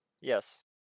Yes